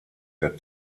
der